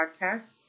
podcast